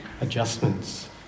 adjustments